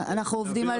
אנחנו עובדים על זה.